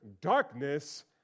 darkness